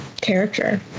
character